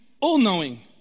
all-knowing